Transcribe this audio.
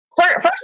First